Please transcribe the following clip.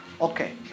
Okay